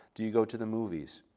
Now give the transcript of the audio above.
do you go to the movies?